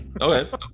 Okay